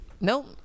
Nope